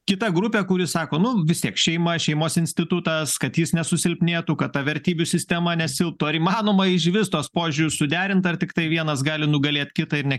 kita grupė kuri sako nu vis tiek šeima šeimos institutas kad jis nesusilpnėtų kad ta vertybių sistema nesilptų ar įmanoma iš vis tuos požiūrius suderint ar tiktai vienas gali nugalėt kitą ir ne